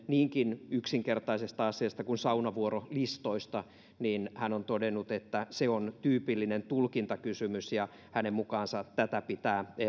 niinkin yksinkertaisesta asiasta kuin saunavuorolistoista hän on todennut että se on tyypillinen tulkintakysymys ja hänen mukaansa tätä pitää